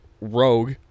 Rogue